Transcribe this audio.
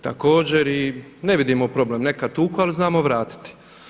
Također i, ne vidimo problem, neka tuku ali znamo vratiti.